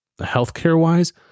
healthcare-wise